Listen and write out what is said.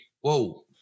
whoa